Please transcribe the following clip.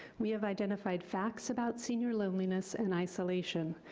we have identified facts about senior loneliness and isolation.